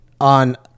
on